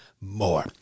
more